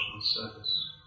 service